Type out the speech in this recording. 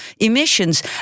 emissions